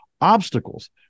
obstacles